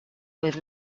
with